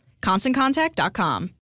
ConstantContact.com